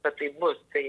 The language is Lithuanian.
kad taip bus tai